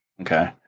Okay